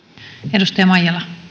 arvoisa puhemies